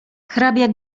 hrabia